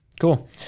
Cool